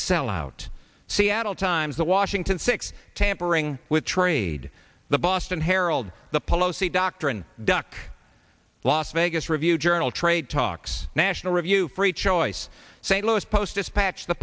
sellout seattle times the washington six tampering with trade the boston herald the pelosi doctor duck las vegas review journal trade talks national review free choice st louis post dispatch the